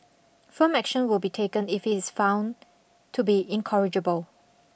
firm action will be taken if he is found to be incorrigible